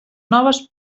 noves